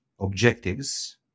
objectives